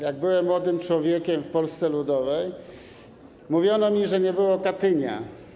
Jak byłem młodym człowiekiem w Polsce Ludowej, mówili mi, że nie było Katynia.